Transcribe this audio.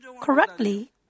correctly